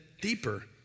deeper